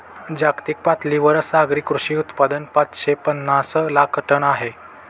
जागतिक पातळीवर सागरी कृषी उत्पादन पाचशे पनास लाख टन आहे